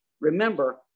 Remember